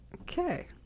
Okay